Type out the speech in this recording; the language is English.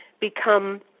become